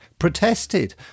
protested